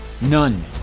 None